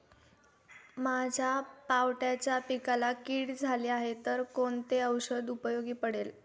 माझ्या पावट्याच्या पिकाला कीड झाली आहे तर कोणते औषध उपयोगी पडेल?